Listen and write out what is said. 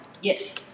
Yes